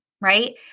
right